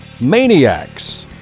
Maniacs